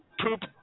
poop